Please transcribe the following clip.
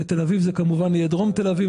ובתל-אביב זה יהיה כמובן דרום תל-אביב,